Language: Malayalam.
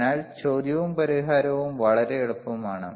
അതിനാൽ ചോദ്യവും പരിഹാരവും വളരെ എളുപ്പമാണ്